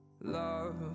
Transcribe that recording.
love